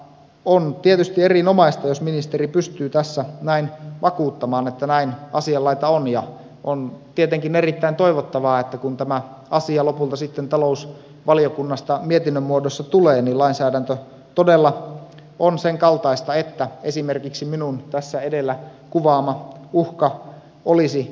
on tietysti erinomaista jos ministeri pystyy tässä näin vakuuttamaan että näin asianlaita on ja on tietenkin erittäin toivottavaa että kun tämä asia lopulta sitten talousvaliokunnasta mietinnön muodossa tulee niin lainsäädäntö todella on sen kaltaista että esimerkiksi minun tässä edellä kuvaamani uhka olisi aiheeton